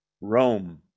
Rome